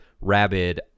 rabid